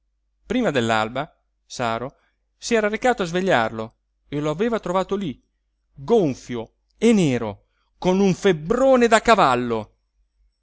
prima dell'alba saro si era recato a svegliarlo e lo aveva trovato lí gonfio e nero con un febbrone da cavallo